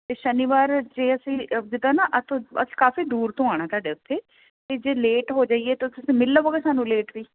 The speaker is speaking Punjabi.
ਤੇ ਸ਼ਨੀਵਾਰ ਜੇ ਅਸੀਂ ਜਿਦਾਂ ਨਾ ਅਸ ਅਸੀਂ ਕਾਫੀ ਦੂਰ ਤੋਂ ਆਉਣਾ ਤੁਹਾਡੇ ਉਥੇ ਤੇ ਜੇ ਲੇਟ ਹੋ ਜਾਈਏ ਤਾਂ ਤੁਸੀਂ ਮਿਲ ਲਵੋਗੇ ਸਾਨੂੰ ਲੇਟ ਵੀ